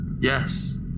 Yes